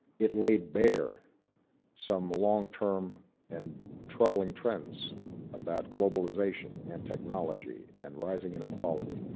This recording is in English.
it laid bare some long-term and troubling trends about globalization, and technology, and rising inequality,